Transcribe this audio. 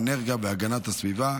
האנרגיה והגנת הסביבה,